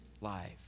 life